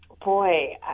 Boy